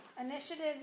Initiative